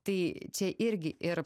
tai čia irgi ir